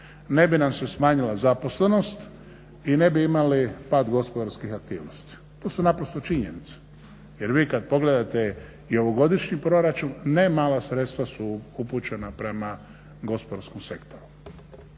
ne bi nam se smanjila zaposlenost i ne bi imali pad gospodarskih aktivnosti. To su naprosto činjenice. Jer vi kad pogledate i ovogodišnji proračun nemala sredstva su upućena prema gospodarskom sektoru.